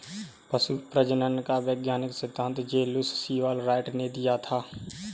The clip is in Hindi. पशु प्रजनन का वैज्ञानिक सिद्धांत जे लुश सीवाल राइट ने दिया था